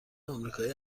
آمریکایی